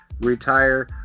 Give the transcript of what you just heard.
retire